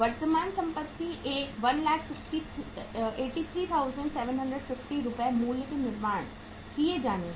वर्तमान संपत्ति 183750 रुपये मूल्य की निर्माण किए जानी है